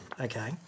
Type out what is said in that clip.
okay